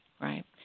Right